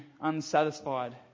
unsatisfied